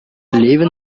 левин